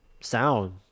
sound